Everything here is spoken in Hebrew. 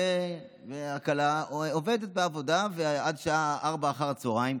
והכלה עובדת בעבודה עד שעה 16:00 אחר הצוהריים.